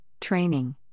training